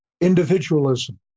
individualism